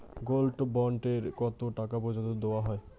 Gold bond এ কতো টাকা পর্যন্ত দেওয়া হয়?